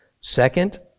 Second